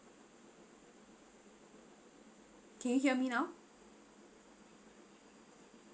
can you hear me now